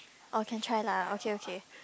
or can try lah okay okay